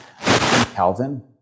Calvin